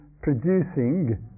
producing